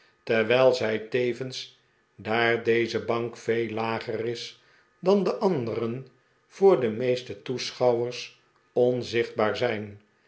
terwijl zij tevens daar deze bank veel lager is dan de anderen voor de meeste toeschouwers onzichtbaar zijn